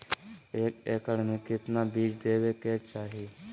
एक एकड़ मे केतना बीज देवे के चाहि?